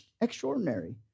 extraordinary